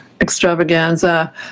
extravaganza